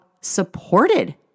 supported